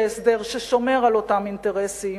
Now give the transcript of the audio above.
להסדר ששומר על אותם אינטרסים,